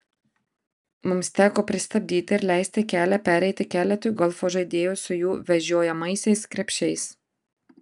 mums teko pristabdyti ir leisti kelią pereiti keletui golfo žaidėjų su jų vežiojamaisiais krepšiais